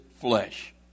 flesh